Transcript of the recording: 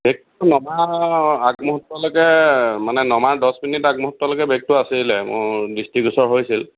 বেগটো নমাৰ আগমুহুৰ্তলৈকে মানে নমাৰ দহ মিনিট আগমুহুৰ্তলৈকে বেগটো আছিল মোৰ দৃষ্টিগোচৰ হৈছিল